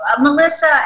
Melissa